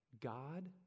God